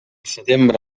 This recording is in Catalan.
setembre